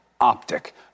optic